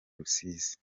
rusizi